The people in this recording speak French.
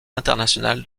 international